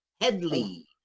headley